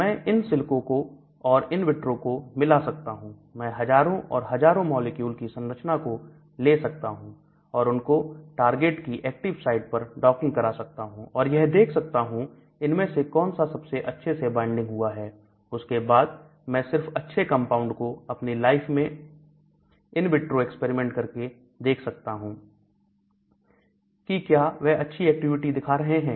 मैं in silico को और इन विट्रो को मिला सकता हूं मैं हजारों और हजारों मॉलिक्यूल की संरचना को ले सकता हूं और उनको टारगेट की एक्टिव साइट पर डॉकिंग करा सकता हूं और यह देख सकता हूं इनमें से कौन सा सबसे अच्छे से बाइंडिंग हुआ है उसके बाद मैं सिर्फ अच्छे कंपाउंड को अपनी लाइफ में इन विट्रो एक्सपेरिमेंट करके देख सकता हूं की क्या वह अच्छी एक्टिविटी दिखा रहे हैं